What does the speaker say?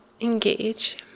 engage